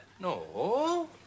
No